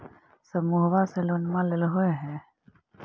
समुहवा से लोनवा लेलहो हे?